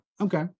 Okay